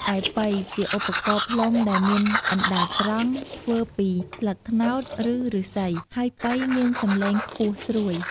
ឯប៉ី ជាឧបករណ៍ផ្លុំដែលមានអណ្តាតត្រង់ ធ្វើពីស្លឹកត្នោត ឬឫស្សី ហើយប៉ីមានសំឡេងខ្ពស់ស្រួយ។